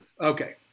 Okay